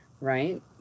right